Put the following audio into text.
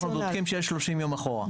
אנחנו בודקים שיש 30 יום אחורה.